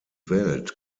welt